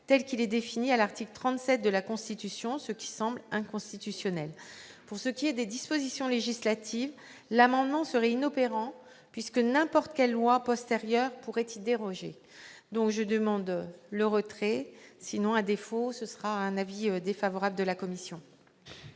tel qu'il est défini à l'article 37 de la Constitution, ce qui semble inconstitutionnel. Pour ce qui est des dispositions législatives, l'amendement serait inopérant, puisque n'importe quelle loi postérieure pourrait y déroger. La commission demande donc le retrait de cet amendement. À défaut, l'avis serait défavorable. Quel est